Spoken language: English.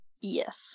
Yes